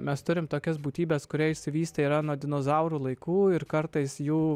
mes turim tokias būtybes kurie išsivystę yra nuo dinozaurų laikų ir kartais jų